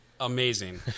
amazing